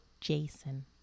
Jason